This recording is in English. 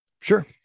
Sure